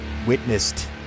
Witnessed